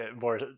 more